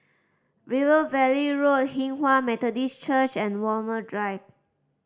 River Valley Road Hinghwa Methodist Church and Walmer Drive